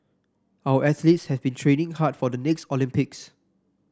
our athletes have been training hard for the next Olympics